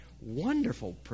wonderful